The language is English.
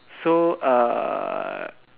so err